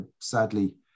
Sadly